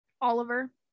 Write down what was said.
Oliver